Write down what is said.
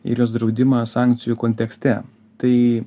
ir jos draudimą sankcijų kontekste tai